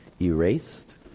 erased